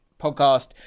podcast